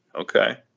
okay